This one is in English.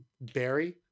Barry